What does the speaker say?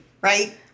right